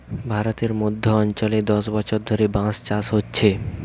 ভারতের মধ্য অঞ্চলে দশ বছর ধরে বাঁশ চাষ হচ্ছে